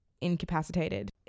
incapacitated